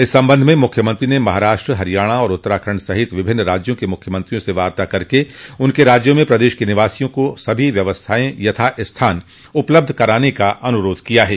इस संबंध में मुख्यमंत्री ने महाराष्ट्र हरियाणा तथा उत्तराखंड सहित विभिन्न राज्यों के मुख्यमंत्रियों से वार्ता कर उनके राज्यों में प्रदेश के निवासियों को सभी व्यवस्थाएं यथा स्थान उपलब्ध कराने का अनुरोध किया है